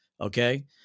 Okay